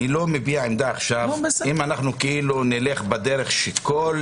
אני לא מביע עמדה עכשיו אם אנחנו נלך בדרך שכל